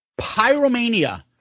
Pyromania